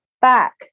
back